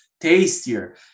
tastier